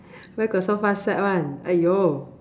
where got so fast sweat [one] !aiyo!